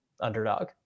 underdog